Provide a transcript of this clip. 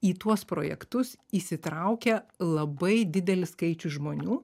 į tuos projektus įsitraukia labai didelis skaičius žmonių